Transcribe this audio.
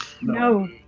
no